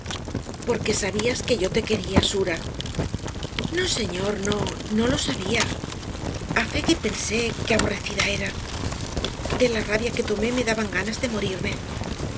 porque sabías que yo te quería sura no señor no no lo sabía á fe que pensé que aborrecida era de la rabia que tomé me daban ganas de morirme